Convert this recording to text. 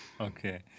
Okay